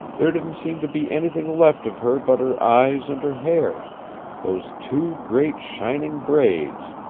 there didn't seem to be anything left of her but her eyes and her hair those two great, shining braids,